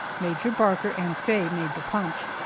major barker and faye made the punch.